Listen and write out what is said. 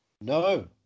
No